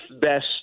best